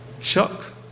Chuck